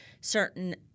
certain